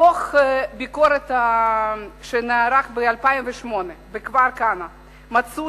בדוח ביקורת שנערך ב-2008 בכפר-כנא מצאו